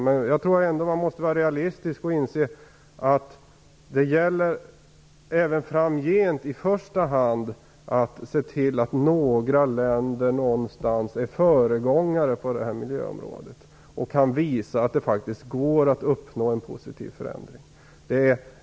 Men jag tror ändå att man måste vara realistisk och inse att det även framgent gäller att se till att i första hand några länder blir föregångare på miljöområdet och visar att det faktiskt går att uppnå en positiv förändring.